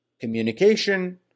communication